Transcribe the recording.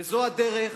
וזו הדרך